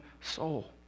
soul